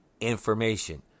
information